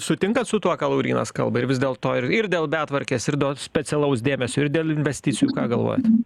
sutinkat su tuo ką laurynas kalba ir vis dėl to ir ir dėl betvarkės ir dėl specialaus dėmesio ir dėl investicijų ką galvojat